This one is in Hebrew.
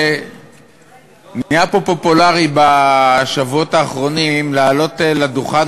נהיה פה פופולרי בשבועות האחרונים לעלות לדוכן